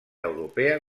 europea